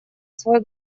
свой